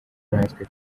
natwe